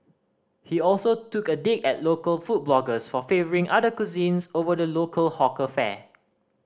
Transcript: he also took a dig at local food bloggers for favouring other cuisines over the local hawker fare